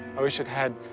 i wish it had,